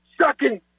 sucking